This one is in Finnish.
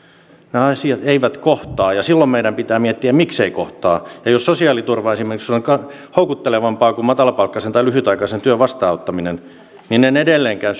nämä asiat eivät kohtaa ja silloin meidän pitää miettiä mikseivät kohtaa ja jos sosiaaliturva esimerkiksi on houkuttelevampaa kuin matalapalkkaisen tai lyhytaikaisen työn vastaanottaminen niin en edelleenkään